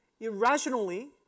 irrationally